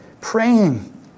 praying